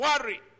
worry